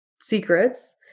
secrets